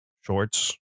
shorts